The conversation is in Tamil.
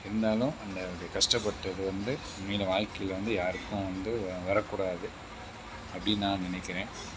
இருந்தாலும் அந்த ஒரு கஷ்டப்பட்டது வந்து இனிமேல் வாழ்க்கையில் வந்து யாருக்கும் வந்து வரக்கூடாது அப்படினு நான் நினைக்கிறேன்